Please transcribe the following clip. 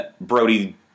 Brody